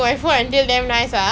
that's why